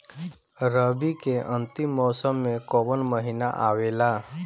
रवी के अंतिम मौसम में कौन महीना आवेला?